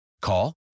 Call